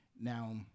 Now